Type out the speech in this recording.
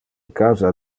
casa